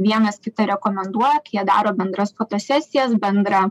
vienas kitą rekomenduoja kai jie daro bendras fotosesijas bendrą